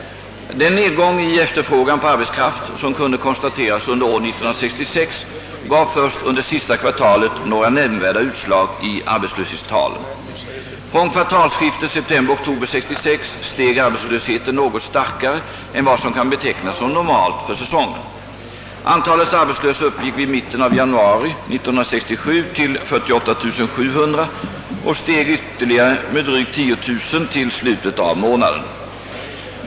Den nedgång i efterfrågan på arbetskraft som kunde konstateras under år 1966 gav först under sista kvartalet några nämnvärda utslag i arbetslöshetstalen. Från kvartalsskiftet september/oktober 1966 steg arbetslösheten något starkare än vad som kan betecknas som normalt för säsongen. Antalet arbetslösa uppgick vid mitten av januari 1967 till 48 700 och steg ytterligare, med drygt 10 000, till slutet av månaden.